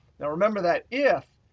now remember, that if,